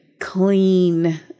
clean